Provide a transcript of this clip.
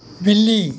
बिल्ली